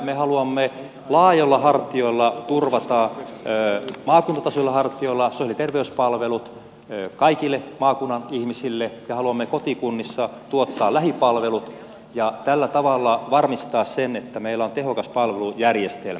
me haluamme laajoilla hartioilla turvata maakuntatasoisilla hartioilla sosiaali ja terveyspalvelut kaikille maakunnan ihmisille ja haluamme kotikunnissa tuottaa lähipalvelut ja tällä tavalla varmistaa sen että meillä on tehokas palvelujärjestelmä